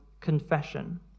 confession